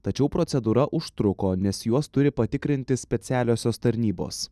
tačiau procedūra užtruko nes juos turi patikrinti specialiosios tarnybos